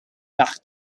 back